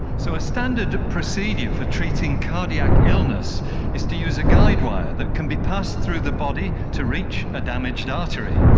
so a standard procedure for treating cardiac illness is to use a guide wire that can be passed through the body to reach a damaged artery.